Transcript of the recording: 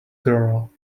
girl